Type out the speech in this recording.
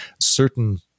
certain